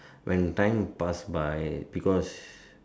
when time pass by because